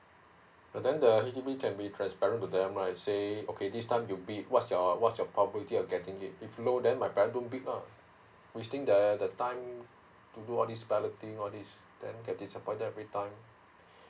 but then the H_D_B can be transparent to them right say okay this time you bid what's your what's your probability of getting it if it's low then my parent don't bid lah wasting their their time to do all this balloting all this then get disappointed every time